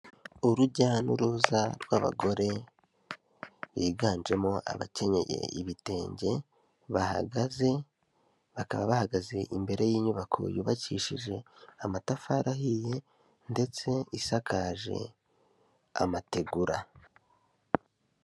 Urujya n'uruza rw'abagore biganjemo abakenyeye ibitenge, bahagaze, bakaba bahagaze imbere y'inyubako yubakishije amatafari ahiye, ndetse isakaje amategura.